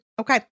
Okay